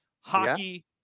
hockey